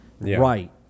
Right